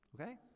Okay